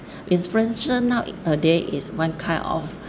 influencer nowadays is one kind of